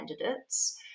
candidates